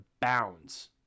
bounds